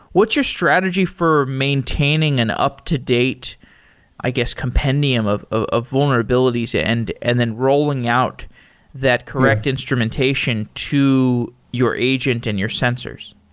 what's your strategy for maintaining an up-to-date, i guess, compendium of of ah vulnerabilities and and then rolling out that correct instrumentation to your agent and your sensors?